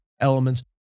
elements